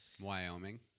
Wyoming